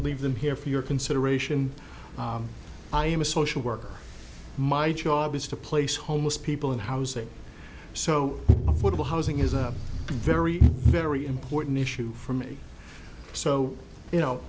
leave them here for your consideration i am a social worker my job is to place homeless people in housing so affordable housing is a very very important issue for me so you know